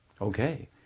Okay